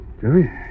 Jerry